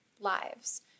lives